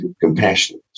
compassionate